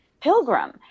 pilgrim